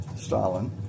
Stalin